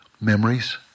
memories